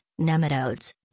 nematodes